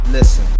Listen